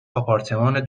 آپارتمان